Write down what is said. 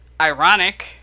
ironic